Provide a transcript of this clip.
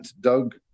Doug